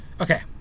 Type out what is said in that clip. Okay